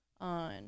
on